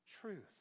truth